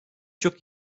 çok